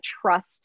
trust